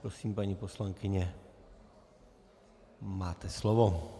Prosím, paní poslankyně, máte slovo.